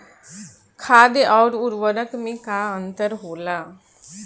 खाद्य आउर उर्वरक में का अंतर होला?